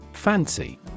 Fancy